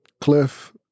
Cliff